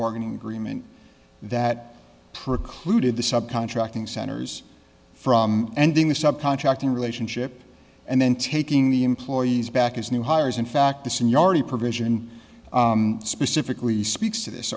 bargaining agreement that precluded the sub contracting centers from ending the sub contracting relationship and then taking the employees back as new hires in fact the seniority provision specifically speaks to this